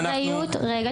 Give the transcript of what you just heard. (אומרת דברים בשפת הסימנים,